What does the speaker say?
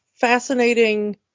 fascinating